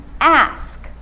ask